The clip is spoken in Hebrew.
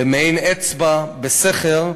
למעין אצבע בסכר,